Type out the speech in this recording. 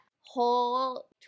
whole